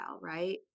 right